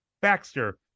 Baxter